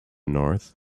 north